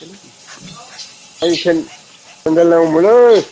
आंनो सेनदेल नांगौमोनलै